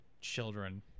children